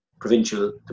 provincial